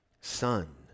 Son